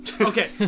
okay